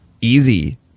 easy